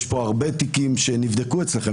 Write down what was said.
יש פה הרבה תיקים שנבדקו אצלכם,